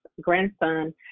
grandson